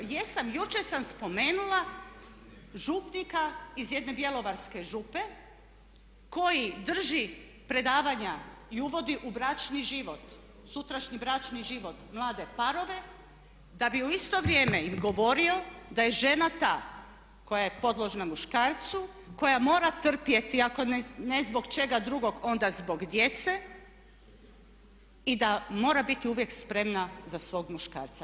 Jesam, jučer sam spomenula župnika iz jedne bjelovarske župe koji drži predavanja i uvodi u bračni život, sutrašnji bračni život mlade parove da bi u isto vrijeme im govorimo da je žena ta koja je podložna muškarcu, koja mora trpjeti ako ne zbog čega drugog onda zbog djece i da mora biti uvijek spremna za svog muškarca.